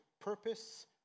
purpose